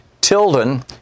Tilden